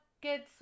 kids